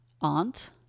Aunt